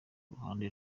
ruhande